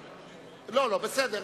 בסדר,